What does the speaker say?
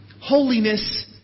Holiness